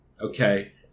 Okay